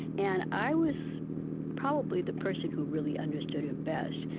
and i was probably the person who really understood him best.